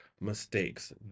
mistakes